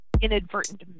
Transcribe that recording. inadvertent